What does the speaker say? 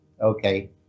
okay